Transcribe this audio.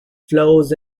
flows